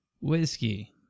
whiskey